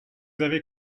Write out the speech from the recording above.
avez